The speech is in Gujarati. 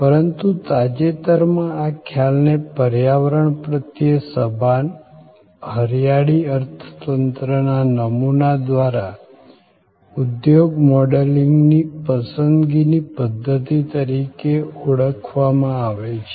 પરંતુ તાજેતરમાં આ ખ્યાલને પર્યાવરણ પ્રત્યે સભાન હરિયાળી અર્થતંત્રના નમૂના દ્વારા ઉધોગ મોડેલિંગની પસંદગીની પધ્ધતિ તરીકે પણ ઓળખવામાં આવે છે